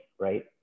right